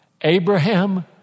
Abraham